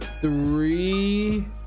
three